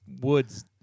woods